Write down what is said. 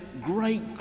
great